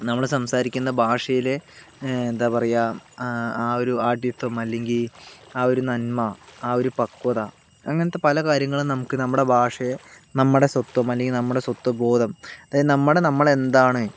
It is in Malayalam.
നമ്മൾ സംസാരിക്കുന്ന ഭാഷയിലെ എന്താ പറയുക ആ ഒരു ആഠ്യത്വം അല്ലെങ്കിൽ ആ ഒരു നന്മ ആ ഒരു പക്വത അങ്ങനത്തെ പല കാര്യങ്ങളും നമുക്ക് നമ്മുടെ ഭാഷയെ നമ്മുടെ സ്വത്വം അല്ലെങ്കിൽ നമ്മുടെ സ്വത്വ ബോധം അതായത് നമ്മുടെ നമ്മൾ എന്താണ്